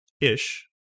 Ish